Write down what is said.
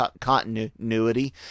continuity